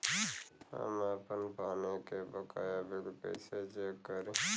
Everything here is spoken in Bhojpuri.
हम आपन पानी के बकाया बिल कईसे चेक करी?